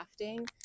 crafting